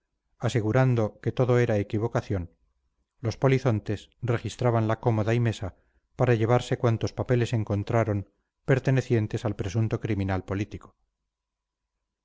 asegurando que todo era equivocación los polizontes registraban la cómoda y mesa para llevarse cuantos papeles encontraran pertenecientes al presunto criminal político